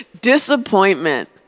disappointment